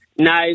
No